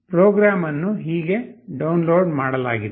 program ಅನ್ನು ಹೀಗೆ download ಮಾಡಲಾಗಿದೆ